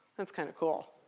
sounds kind of cool.